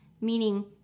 meaning